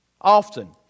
Often